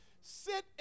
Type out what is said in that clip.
Sit